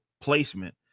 placement